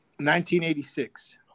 1986